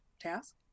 task